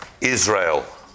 Israel